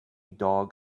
dog